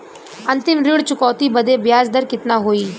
अंतिम ऋण चुकौती बदे ब्याज दर कितना होई?